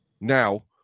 now